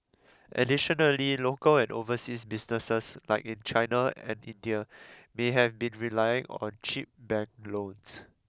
additionally local and overseas businesses like in China and India may have been relying on cheap bank loans